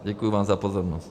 Děkuji vám za pozornost.